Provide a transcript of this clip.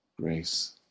grace